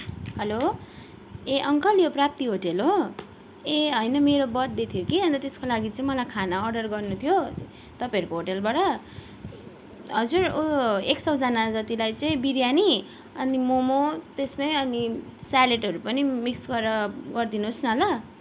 हलो ए अङ्कल यो प्राप्ति होटेल हो ए होइन मेरो बर्थडे थियो कि अन्त त्यसको लागि चाहिँ मलाई खाना अर्डर गर्नु थियो तपाईँहरूको होटेलबाट हजुर एक सयजना जतिलाई चाहिँ बिरयानी अनि मोमो त्यसमै अनि स्यालेडहरू पनि मिक्स गरेर गरिदिनुहोस् न ल